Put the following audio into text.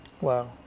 Wow